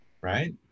right